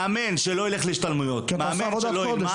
מאמן שלא יילך להשתלמויות ולא ילמד,